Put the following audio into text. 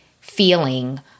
feeling